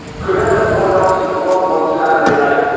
could end up going out to the club one saturday night,